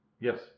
Yes